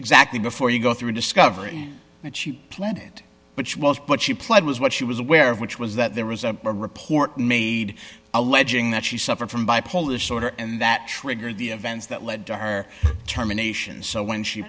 exactly before you go through discovery planet which was but she pled was what she was aware of which was that there was a report made alleging that she suffered from bipolar disorder and that triggered the events that led to her terminations so when she